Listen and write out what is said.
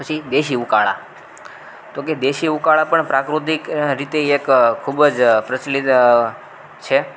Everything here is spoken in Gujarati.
પછી દેશી ઉકાળા તો કહે દેશી ઉકાળા પણ પ્રાકૃતિક રીતે એક ખૂબ જ પ્રચલિત છે